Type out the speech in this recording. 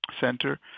Center